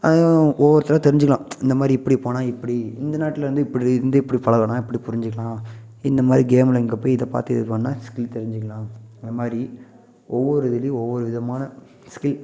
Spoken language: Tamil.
அதுவும் ஒவ்வொருத்தராக தெரிஞ்சிக்கலாம் இந்தமாதிரி இப்படி போனால் இப்படி இந்த நாட்டில் இருந்து இப்படி இங்கே இப்படி பழகணும் எப்படி புரிஞ்சிக்கலாம் இந்தமாதிரி கேமில் இங்கே போய் இதை பார்த்து இது பண்ணிணா ஸ்கில் தெரிஞ்சிக்கலாம் அந்த மாதிரி ஒவ்வொரு இதுலேயும் ஒவ்வொருவிதமான ஸ்கில்